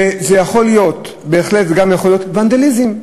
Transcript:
וזה בהחלט גם יכול להיות ונדליזם,